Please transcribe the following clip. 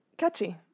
catchy